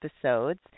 episodes